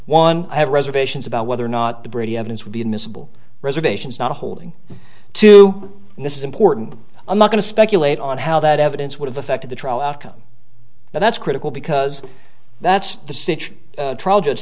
one have reservations about whether or not the brady evidence would be admissible reservations not holding to and this is important i'm not going to speculate on how that evidence would have affected the trial outcome but that's critical because that's the